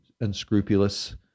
unscrupulous